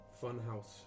funhouse